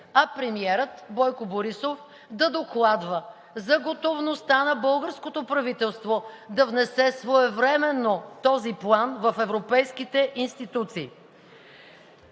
а премиерът Бойко Борисов да докладва за готовността на българското правителство да внесе своевременно този план в европейските институции.